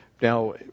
Now